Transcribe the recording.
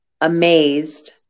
amazed